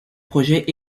projet